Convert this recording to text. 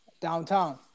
downtown